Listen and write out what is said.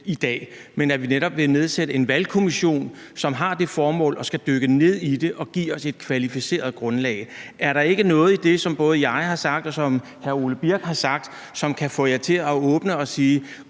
i dag, men at vi netop vil nedsætte en valgkommission, som har det formål at skulle dykke ned i det og give os et kvalificeret grundlag. Er der ikke noget i det, som både jeg har sagt, og som hr. Ole Birk Olesen har sagt, som kan få jer til at åbne op og